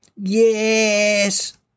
Yes